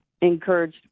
Encouraged